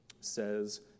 says